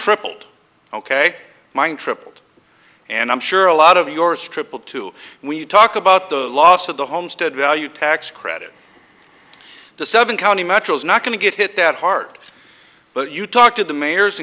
tripled ok mine tripled and i'm sure a lot of yours tripled too and when you talk about the loss of the homestead value tax credit the seven county metro is not going to get hit that hard but you talk to the mayor